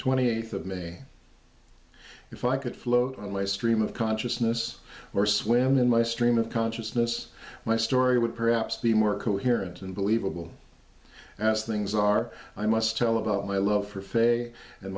twenty eighth of may if i could float on my stream of consciousness or swim in my stream of consciousness my story would perhaps be more coherent and believable as things are i must tell about my love